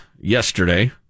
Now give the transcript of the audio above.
yesterday